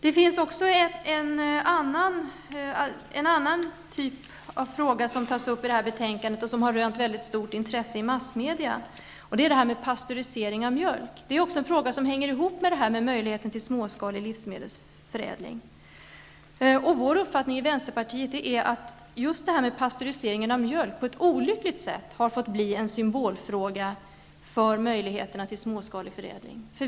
En fråga av annan typ som tas upp i det här betänkandet och som har rönt mycket stort intresse i massmedia gäller pastörisering av mjölk. Det är också en fråga som hänger ihop med möjligheten till småskalig livsmedelsförädling. Vår uppfattning i vänsterpartiet är att just pastörisering av mjölk på ett olyckligt sätt har fått bli en symbolfråga för möjligheterna till småskalig förädling.